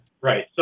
Right